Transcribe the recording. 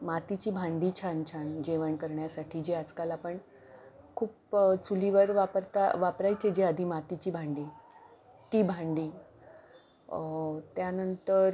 मातीची भांडी छान छान जेवण करण्यासाठी जे आजकाल आपण खूप चुलीवर वापरता वापरायचे जे आधी मातीची भांडी ती भांडी त्यानंतर